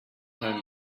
home